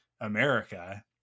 America